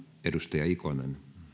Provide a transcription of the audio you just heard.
edustaja ikonen